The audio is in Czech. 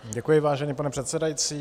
Děkuji, vážený pane předsedající.